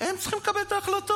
הם צריכים לקבל את ההחלטות,